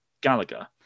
Gallagher